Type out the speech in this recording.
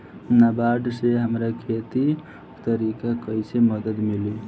नाबार्ड से हमरा खेती खातिर कैसे मदद मिल पायी?